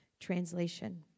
translation